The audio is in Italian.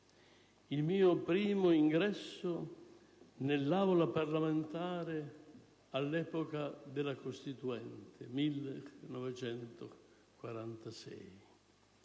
il mio primo ingresso nell'Aula parlamentare all'epoca della Costituente, nel 1946.